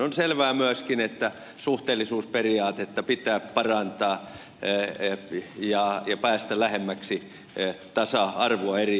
on selvää myöskin että suhteellisuusperiaatetta pitää parantaa ja päästä lähemmäksi tasa arvoa eri vaalipiireissä